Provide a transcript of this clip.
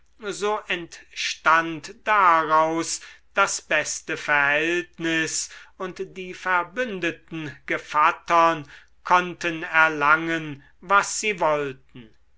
so entstand daraus das beste verhältnis und die verbündeten gevattern konnten erlangen was sie wollten